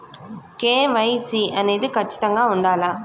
KYC అనేది ఖచ్చితంగా ఉండాలా?